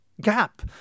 gap